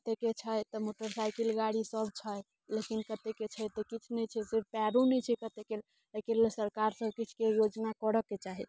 कतेके छै तऽ मोटरसाइकिल गाड़ी सब छै लेकिन कतेके छै तऽ किछु नहि छै से पैरो नहि छै कतेके एहिके लेल सरकार सब किछुके योजना करऽ के चाही